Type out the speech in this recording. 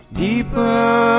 deeper